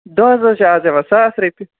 دۄہس حظ چھُ اَز ہٮ۪وان ساس رۄپیہِ